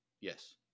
Yes